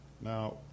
Now